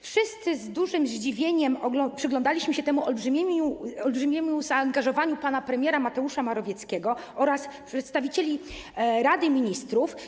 Wszyscy z dużym zdziwieniem przyglądaliśmy się temu olbrzymiemu zaangażowaniu pana premiera Mateusza Morawieckiego oraz przedstawicieli Rady Ministrów.